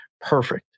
perfect